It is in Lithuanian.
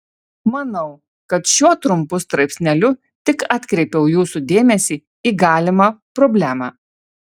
manau kad šiuo trumpu straipsneliu tik atkreipiau jūsų dėmesį į galimą problemą